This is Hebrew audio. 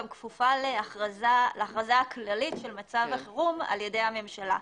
כפופה להכרזה הכללית של מצב החירום על ידי הממשלה.